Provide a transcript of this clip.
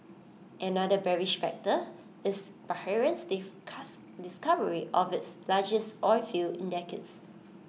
another bearish factor is Bahrain's discovery of its largest oilfield in decades